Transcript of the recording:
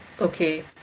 Okay